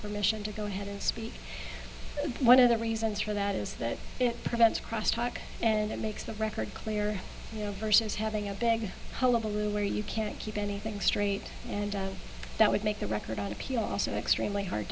permission to go ahead and speak one of the reasons for that is that it prevents cross talk and it makes the record clear you know versus having a big hullabaloo where you can't keep anything straight and that would make the record on appeal also extremely hard